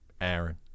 Aaron